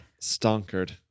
stonkered